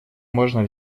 можно